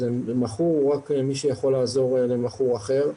מי שמכור לסמים ומגיע לטיפול בקהילה טיפולית,